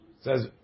Says